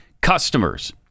customers